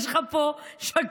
יש לך פה שקרנים.